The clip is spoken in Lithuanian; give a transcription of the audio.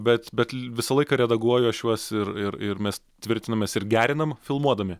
bet bet visą laiką redaguoju aš juos ir ir ir mes tvirtinamės ir gerinam filmuodami